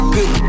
Good